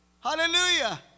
Hallelujah